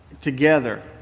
together